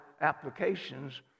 applications